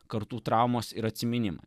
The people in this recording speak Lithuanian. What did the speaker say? kartų traumos ir atsiminimų